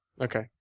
Okay